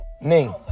Ning